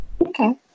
Okay